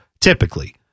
typically